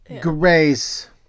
Grace